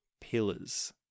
pillars